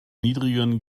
niedrigen